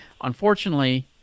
Unfortunately